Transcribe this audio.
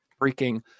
freaking